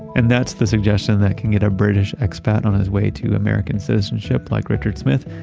and that's the suggestion that can get a british ex-pat on his way to american citizenship like richard smith,